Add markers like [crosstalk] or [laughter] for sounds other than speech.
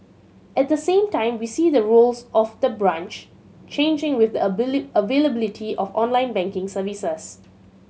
at the same time we see the roles of the branch changing with the [unintelligible] availability of online banking services